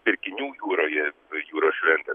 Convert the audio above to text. pirkinių jūroje jūros šventę